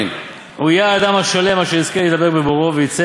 הוא יהיה האדם השלם אשר יזכה לדבק בבוראו ויצא